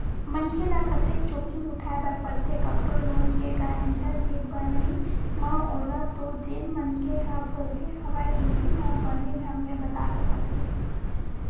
मनखे ल कतेक जोखिम उठाय बर परथे कखरो लोन के गारेंटर के बनई म ओला तो जेन मनखे ह भोगे हवय उहीं ह बने ढंग ले बता सकत हे